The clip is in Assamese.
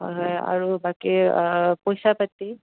হয় হয় আৰু বাকী পইচা পাতি